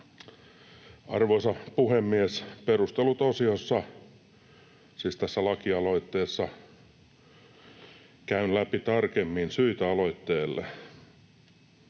Arvoisa puhemies! Perustelut-osiossa — siis tässä lakialoitteessa — käyn läpi tarkemmin syitä aloitteelle.